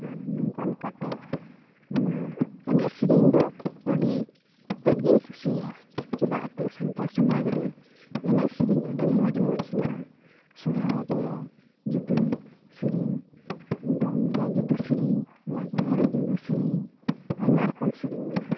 ᱟᱨ ᱚᱱᱠᱟ ᱞᱮᱠᱟᱛᱮ ᱱᱚᱣᱟ ᱮᱱᱮᱡ ᱥᱮᱨᱮᱧ ᱫᱚ ᱟᱹᱰᱤ ᱛᱮᱫ ᱜᱤᱧ ᱠᱩᱥᱤᱭᱟᱜᱼᱟ ᱪᱮᱫᱟᱜ ᱮᱱᱛᱮᱜ ᱥᱟᱱᱛᱟᱲ ᱥᱚᱢᱟᱡᱽ ᱨᱮ ᱮᱱᱮᱡ ᱥᱮᱨᱮᱧ ᱟᱹᱰᱤ ᱢᱚᱡᱽ ᱢᱚᱡᱽ ᱢᱮᱱᱟᱜᱼᱟ ᱥᱚᱦᱨᱟᱭ ᱨᱮ ᱡᱩᱫᱟᱹ ᱥᱮᱨᱮᱧ ᱫᱚᱝ ᱨᱮ ᱡᱩᱫᱟᱹ ᱥᱮᱨᱮᱧ ᱞᱟᱜᱽᱬᱮ ᱨᱮ ᱡᱩᱫᱟᱹ ᱥᱮᱨᱮᱧ ᱟᱭᱢᱟ ᱨᱚᱠᱚᱢ ᱥᱮᱨᱮᱧ ᱢᱮᱱᱟᱜᱼᱟ